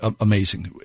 amazing